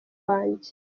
wanjye